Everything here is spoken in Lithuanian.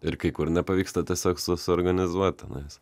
ir kai kur nepavyksta tiesiog su susiorganizuot tenais